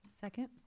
Second